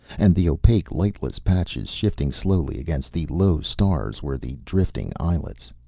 and the opaque, lightless patches shifting slowly against the low stars were the drifting islets.